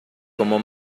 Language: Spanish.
como